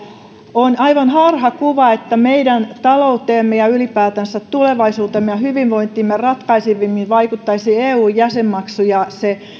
on aivan harhakuva että meidän talouteemme ja ylipäätänsä tulevaisuuteemme ja hyvinvointiimme ratkaisevimmin vaikuttaisi eu jäsenmaksu ja se